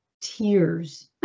tears